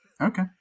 okay